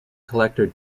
collector